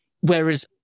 whereas